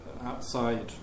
outside